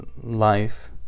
life